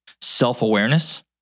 self-awareness